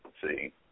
see